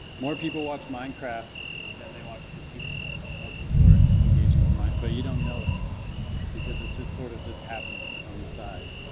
more people watch minecraft than they watch the super bowl more people are engaging with minecraft but you don't know it because it's just sort of just happening on the side